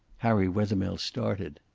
harry wethermill started.